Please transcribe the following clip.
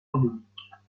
endémiques